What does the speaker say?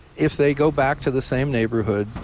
if they go back to the same neighborhood,